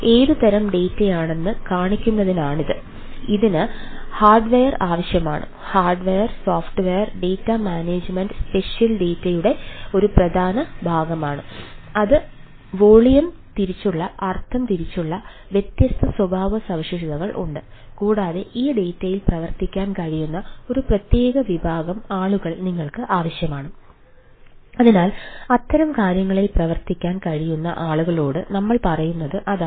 ഏത് തരം ഡാറ്റയിൽ പ്രവർത്തിക്കാൻ കഴിയുന്ന ഒരു പ്രത്യേക വിഭാഗം ആളുകൾ നിങ്ങൾക്ക് ആവശ്യമാണ് അതിനാൽ അത്തരം കാര്യങ്ങളിൽ പ്രവർത്തിക്കാൻ കഴിയുന്ന ആളുകളോട് നമ്മൾ പറയുന്നത് അതാണ്